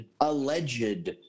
alleged